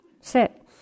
Sit